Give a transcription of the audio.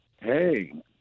Hey